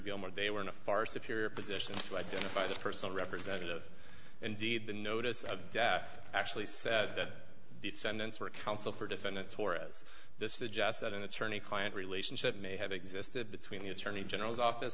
gilmore they were in a far superior position to identify the person representative indeed the notice of death actually said defendants were counsel for defendants or as this suggests that an attorney client relationship may have existed between the attorney general's office